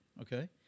okay